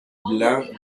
blanc